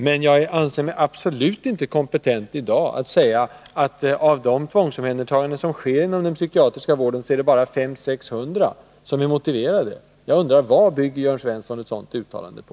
Men jag anser mig absolut inte kompentent att säga att bara 500-600 av de tvångsingripanden som i dag sker inom den psykiatriska vården är motiverade. Jag undrar: Vad bygger Jörn Svensson ett sådant uttalande på?